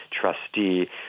trustee